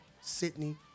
Sydney